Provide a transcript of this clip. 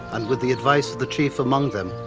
and with the advice of the chief among them,